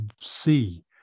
see